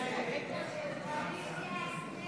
ההסתייגויות לסעיף 13